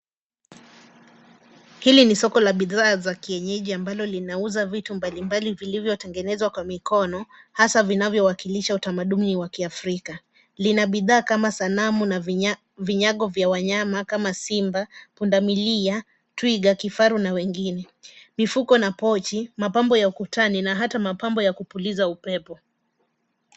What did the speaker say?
Hili ni soko la bidhaa za kienyeji ambalo linauza vitu mbali mbali vilivyotengenezwa kwa mikono, hasa vinavyowakilisha utamaduni wa Kiafrika. Lina bidhaa kama sanamu na vinyago vya wanyama kama: simba, punda milia, twiga, kifaru na wengine. Mifuko na pochi, mapambo ya ukutani na hata mapambo ya kupuliza upepo.